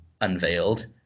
unveiled